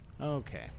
Okay